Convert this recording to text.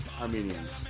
Armenians